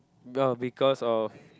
well because of